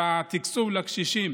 התקצוב לקשישים,